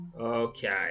Okay